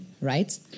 Right